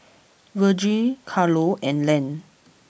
Virgil Carlo and Len